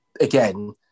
again